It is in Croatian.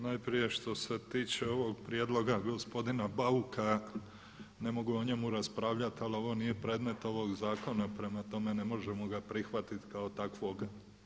Najprije što se tiče ovog prijedloga gospodina Bauka, ne mogu o njemu raspravljati ali ovo nije predmet ovog zakona prema tome ne možemo ga prihvatiti kao takvoga.